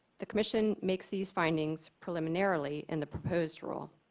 the commission makes these findings preliminary in the proposed rule.